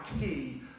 key